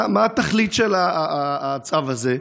מה התכלית של הצו הזה?